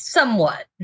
Somewhat